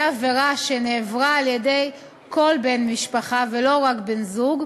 העבירה שנעברה על-ידי כל בן משפחה ולא רק בן-זוג.